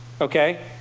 Okay